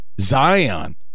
Zion